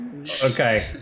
Okay